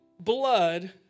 blood